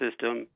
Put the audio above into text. system